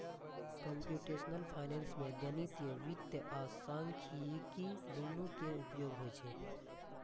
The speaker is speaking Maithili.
कंप्यूटेशनल फाइनेंस मे गणितीय वित्त आ सांख्यिकी, दुनू के उपयोग होइ छै